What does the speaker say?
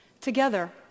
Together